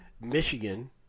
Michigan